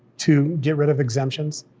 to get rid of exemptions?